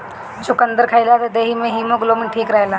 चुकंदर खइला से देहि में हिमोग्लोबिन ठीक रहेला